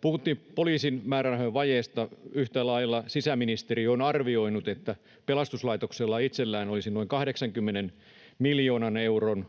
Puhuttiin poliisin määrärahojen vajeesta. Yhtä lailla sisäministeriö on arvioinut, että pelastuslaitoksella itsellään olisi noin 80 miljoonan euron